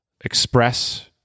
express